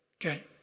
Okay